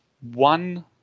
one